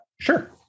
Sure